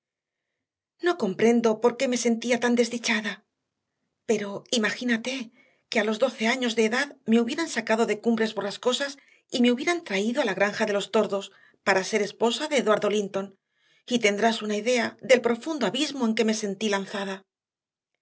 no comprendo por qué me sentía tan desdichada pero imagínate que a los doce años de edad me hubieran sacado de cumbres borrascosas y me hubieran traído a la granja de los tordos para ser la esposa de eduardo linton y tendrás una idea del profundo abismo en que me sentí lanzada